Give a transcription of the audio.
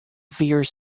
severe